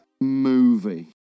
movie